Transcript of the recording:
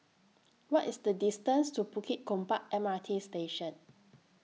What IS The distance to Bukit Gombak M R T Station